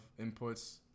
inputs